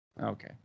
Okay